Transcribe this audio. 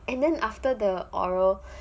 and then after the oral